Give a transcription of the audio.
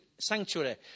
sanctuary